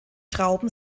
trauben